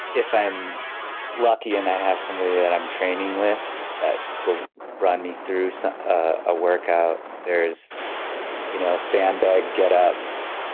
if i'm lucky and i have somebody that i'm training with who will run me through so a workout, there's you know sand bag getups,